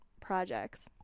projects